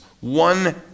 one